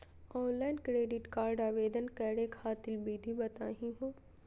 Offline credit card आवेदन करे खातिर विधि बताही हो?